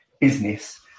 business